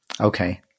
Okay